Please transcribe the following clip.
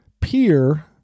peer